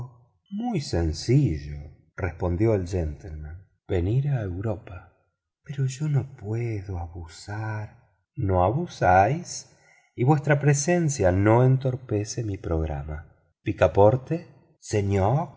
muy sencillo respondió el gentleman venir a europa pero yo no puedo abusar no abusáis y vuestra presencia no entorpece mi programa picaporte señor